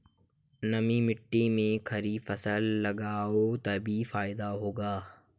नमी मिट्टी में खरीफ फसल लगाओगे तभी फायदा होगा